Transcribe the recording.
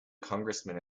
congressman